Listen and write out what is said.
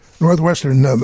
Northwestern